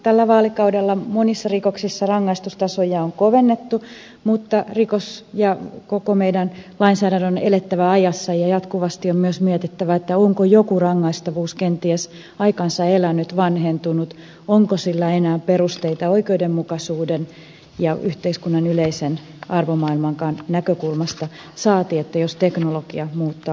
tällä vaalikaudella monissa rikoksissa rangaistustasoja on kovennettu mutta rikos ja koko meidän lainsäädäntömme on elettävä ajassa ja jatkuvasti on myös mietittävä onko joku rangaistavuus kenties aikansa elänyt vanhentunut onko sillä enää perusteita oikeudenmukaisuuden ja yhteiskunnan yleisen arvomaailmankaan näkökulmasta saati jos teknologia muuttaa luonnettaan